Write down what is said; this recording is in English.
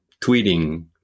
tweeting